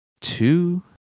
two